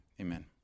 Amen